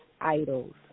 idols